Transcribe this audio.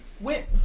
went